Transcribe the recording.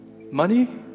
money